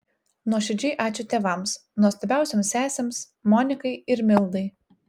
nuoširdžiai ačiū tėvams nuostabiausioms sesėms monikai ir mildai